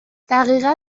دقیقا